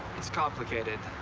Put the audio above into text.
it's complicated.